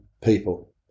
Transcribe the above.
people